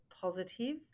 positive